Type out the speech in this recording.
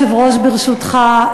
אדוני היושב-ראש, ברשותך.